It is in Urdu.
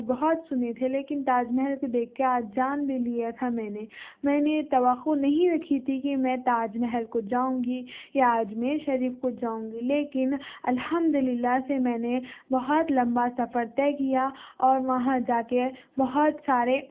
بہت سنے تھے لیکن تاج محل کو دیکھ کے آج جان بھی لیا تھا میں نے میں نے توقع نہیں رکھی تھی کہ میں تاج محل کو جاؤں گی یا اجمیر شریف کو جاؤں گی لیکن الحمد للہ سے میں نے بہت لمبا سفر طے کیا اور وہاں جا کے بہت سارے